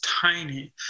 tiny